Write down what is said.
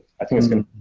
i think it's going